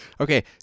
Okay